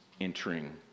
entering